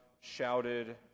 shouted